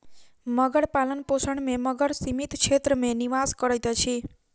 मगर पालनपोषण में मगर सीमित क्षेत्र में निवास करैत अछि